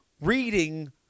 reading